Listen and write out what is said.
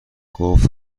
گفت